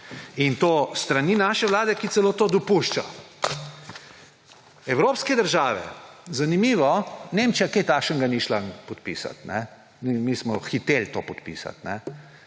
In to s strani naše vlade, ki celo to dopušča! Evropske države … Zanimivo, Nemčija kaj takšnega ni podpisala. Mi smo hiteli to podpisati,